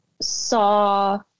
saw